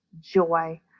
joy